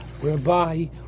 whereby